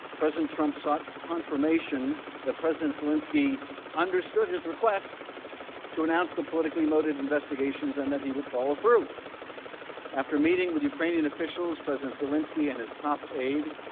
president trump sought confirmation that president zelensky understood his request to announce the politically motivated investigations and that he would follow through after meeting with ukrainian officials, president zelensky and his top aide,